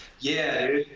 yeah,